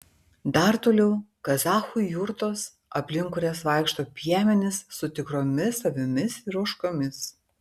dar toliau kazachų jurtos aplink kurias vaikšto piemenys su tikromis avimis ir ožkomis